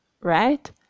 right